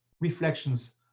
reflections